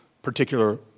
Particular